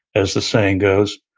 as the saying goes.